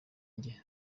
njye